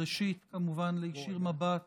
ראשית, כמובן, להישיר מבט